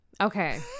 Okay